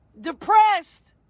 Depressed